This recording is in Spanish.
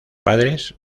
padres